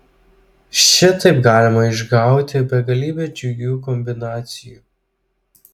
šitaip galima išgauti begalybę džiugių kombinacijų